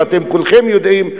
ואתם כולכם יודעים,